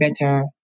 better